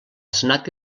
senat